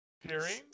Hearing